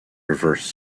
reverse